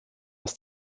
aus